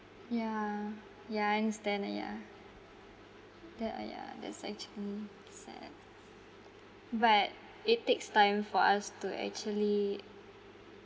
yeah yeah I understand that yeah that uh yeah that's actually sad but it takes time for us to actually